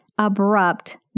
abrupt